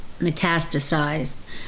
metastasized